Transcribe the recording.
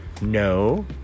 No